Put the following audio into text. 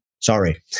sorry